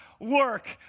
work